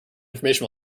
information